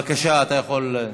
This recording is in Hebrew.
בבקשה, אתה יכול.